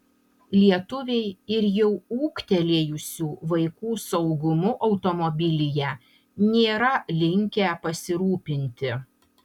lietuviai ir jau ūgtelėjusių vaikų saugumu automobilyje nėra linkę pasirūpinti